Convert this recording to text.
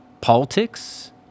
politics